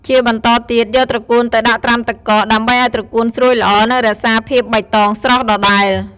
ជាបន្តទៀត យកត្រកួនទៅដាក់ត្រាំទឹកកក ដើម្បីឱ្យត្រកួនស្រួយល្អ និងរក្សាសភាពបៃតងស្រស់ដដែល។